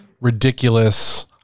Ridiculous